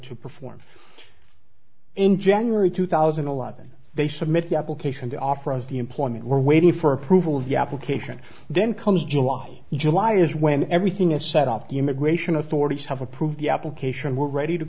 to perform in january two thousand and eleven they submit the application to offer us the employment we're waiting for approval the application then comes july july is when everything is set up the immigration authorities have approved the application we're ready to